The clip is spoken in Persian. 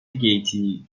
گیتی